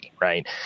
Right